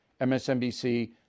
MSNBC